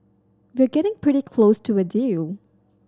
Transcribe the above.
we're getting pretty close to a deal